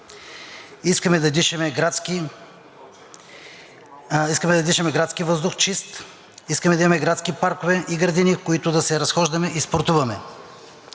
Искаме да дишаме градски въздух – чист, искаме да имаме градски паркове и градини, в които да се разхождаме и спортуваме.